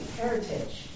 heritage